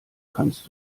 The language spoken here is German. kannst